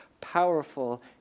powerful